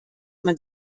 man